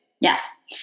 Yes